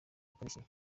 akarishye